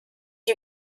you